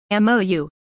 MOU